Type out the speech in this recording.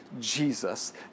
Jesus